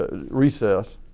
ah recess,